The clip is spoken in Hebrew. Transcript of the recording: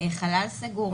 חלל סגור.